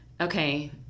Okay